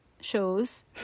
shows